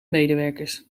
medewerkers